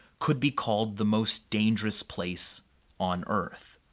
could be called the most dangerous place on earth.